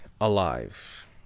alive